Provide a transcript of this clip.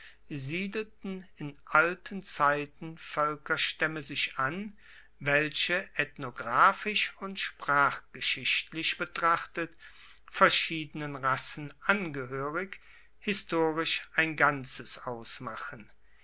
siedelten in alten zeiten voelkerstaemme sich an welche ethnographisch und sprachgeschichtlich betrachtet verschiedenen rassen angehoerig historisch ein ganzes ausmachen